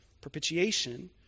propitiation